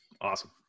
Awesome